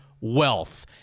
wealth